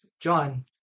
john